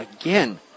again